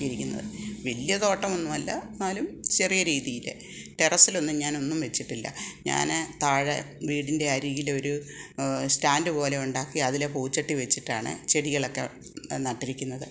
ഉണ്ടാക്കിയിരിക്കുന്നത് വലിയ തോട്ടമൊന്നുമല്ല എന്നാലും ചെറിയ രീതിയിൽ ടെറസിലൊന്നും ഞാൻ ഒന്നും വെച്ചിട്ടില്ല ഞാൻ താഴെ വീടിൻ്റെ അരികിലൊരു സ്റ്റാൻഡ് പോലെയുണ്ടാക്കി അതിൽ പൂച്ചട്ടി വെച്ചിട്ടാണ് ചെടികളൊക്കെ നട്ടിരിക്കുന്നത്